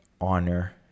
honor